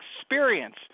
experience